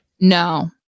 No